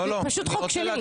זה פשוט חוק שלי.